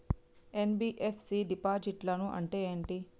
NBFC డిపాజిట్లను అంటే ఏంటి?